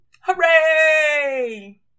Hooray